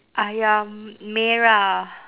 ayam merah